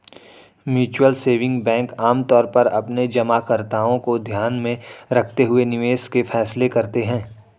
mutual saving bank आमतौर पर अपने जमाकर्ताओं को ध्यान में रखते हुए निवेश के फैसले करते हैं